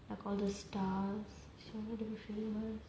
like all the styles she wanted to be feeling w~